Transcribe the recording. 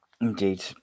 Indeed